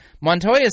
Montoya